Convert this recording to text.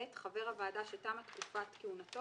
)ב) חבר הוועדה שתמה תקופת כהונתו